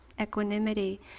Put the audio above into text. equanimity